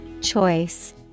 Choice